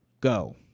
go